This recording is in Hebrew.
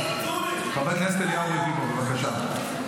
חבר הכנסת אליהו רביבו, בבקשה.